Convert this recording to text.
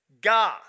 God